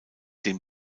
den